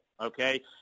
Okay